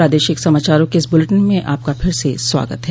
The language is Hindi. प्रादेशिक समाचारों के इस बुलेटिन में आपका फिर से स्वागत है